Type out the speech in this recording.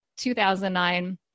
2009